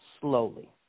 slowly